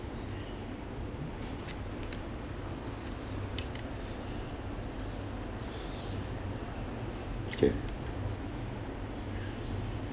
okay